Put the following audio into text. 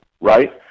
right